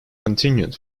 continued